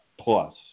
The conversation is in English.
plus